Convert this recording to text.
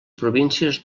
províncies